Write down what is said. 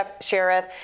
sheriff